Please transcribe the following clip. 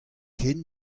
ken